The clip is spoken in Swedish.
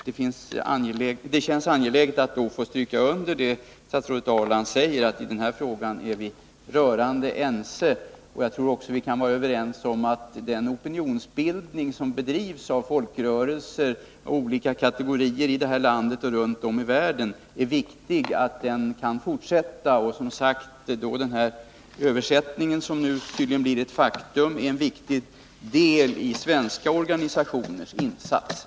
Det känns då angeläget att få stryka under statsrådet Ahrlands uttalande, att vi i den här frågan är rörande ense. Jag tror också att vi kan vara överens om att det är viktigt att den opinionsbildning som bedrivs av folkrörelser av olika kategorier i det här landet och runt omi världen kan fortsätta. Och den översättning som tydligen blir ett faktum är en viktig del i de svenska organisationernas insatser.